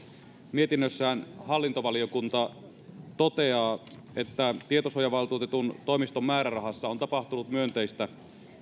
mietinnössään hallintovaliokunta toteaa että tietosuojavaltuutetun toimiston määrärahassa on tapahtunut myönteistä